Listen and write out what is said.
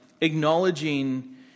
acknowledging